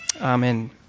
Amen